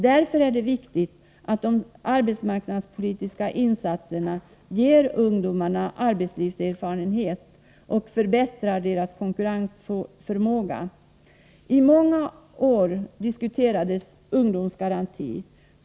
Därför är det viktigt att arbetsmarknadspolitiska insatser ger ungdomarna arbetslivserfarenhet och förbättrar deras konkurrensförmåga. I många år diskuterades ungdomsgaranti.